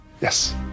Yes